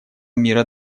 мира